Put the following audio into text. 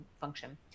function